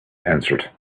answered